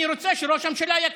אני רוצה שראש הממשלה יקשיב,